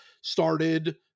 started